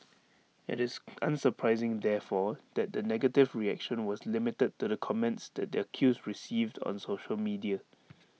IT is unsurprising therefore that the negative reaction was limited to the comments that the accused received on social media